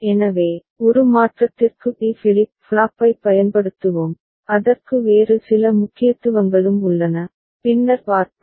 எனவே ஒரு மாற்றத்திற்கு டி ஃபிளிப் ஃப்ளாப்பைப் பயன்படுத்துவோம் அதற்கு வேறு சில முக்கியத்துவங்களும் உள்ளன பின்னர் பார்ப்போம்